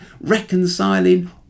reconciling